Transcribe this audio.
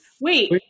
wait